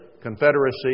confederacy